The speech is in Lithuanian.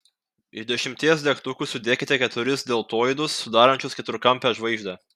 iš dešimties degtukų sudėkite keturis deltoidus sudarančius keturkampę žvaigždę